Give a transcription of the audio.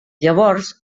llavors